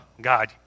God